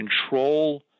control